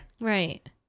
Right